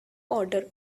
order